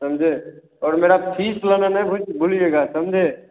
समझे और मेरा फीस लाना नहीं भू भूलिएगा समझे